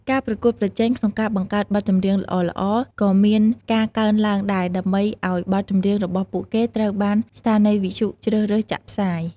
ការប្រកួតប្រជែងក្នុងការបង្កើតបទចម្រៀងល្អៗក៏មានការកើនឡើងដែរ ដើម្បីឲ្យបទចម្រៀងរបស់ពួកគេត្រូវបានស្ថានីយវិទ្យុជ្រើសរើសចាក់ផ្សាយ។